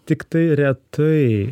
tiktai retai